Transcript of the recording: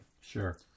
sure